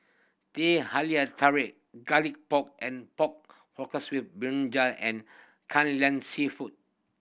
Teh Halia Tarik Garlic Pork and pork brinjal and Kai Lan Seafood